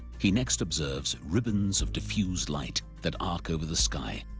he next observes ribbons of diffused light that arc over the sky,